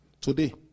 Today